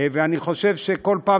ואני חושב שכל פעם